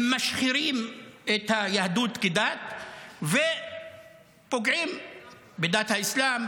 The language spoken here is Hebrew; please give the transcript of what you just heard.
הם משחירים את היהדות כדת ופוגעים בדת האסלאם,